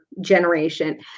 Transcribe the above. generation